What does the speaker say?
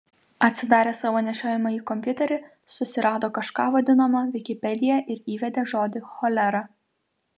atsidaręs savo nešiojamąjį kompiuterį susirado kažką vadinamą vikipedija ir įvedė žodį cholera